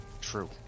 True